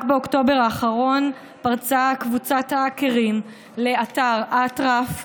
רק באוקטובר האחרון פרצה קבוצת האקרים לאתר אטרף,